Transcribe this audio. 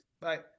Bye